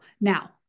now